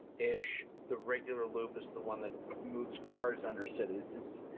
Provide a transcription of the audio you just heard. ish. the regular loop is the one that moves cars under cities. it's.